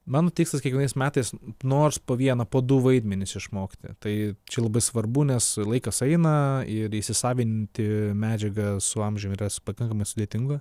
mano tikslas kiekvienais metais nors po vieną po du vaidmenis išmokti tai čia labai svarbu nes laikas eina ir įsisavinti medžiagą su amžiumi yra pakankamai sudėtinga